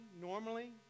normally